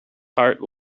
heart